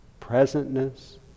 presentness